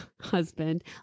husband